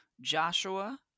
Joshua